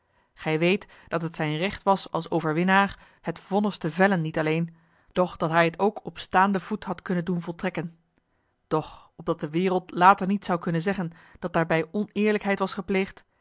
gij weet dat het zijn recht was als overwinnaar het vonnis te vellen niet alleen doch dat hij het ook op staanden voet had kunnen doen voltrekken doch opdat de wereld later niet zou kunnen zeggen dat daarbij oneerlijkheid was gepleegd